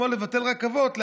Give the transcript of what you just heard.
כמו לבטל רכבות,